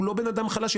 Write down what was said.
גם הוא לא בן אדם חלש.